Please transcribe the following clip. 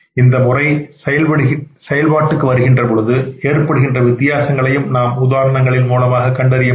இந்த முறையை செயல்படுகின்ற வரும்போது ஏற்படுகின்ற வித்தியாசங்களையும் நம் உதாரணங்களின் மூலமாக கண்டறிய முடியும்